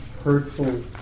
hurtful